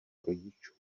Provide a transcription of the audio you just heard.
rodičů